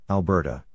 Alberta